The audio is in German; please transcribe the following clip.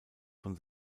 von